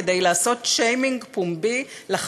כדי לעשות שיימינג פומבי לפרופסור ירון זליכה,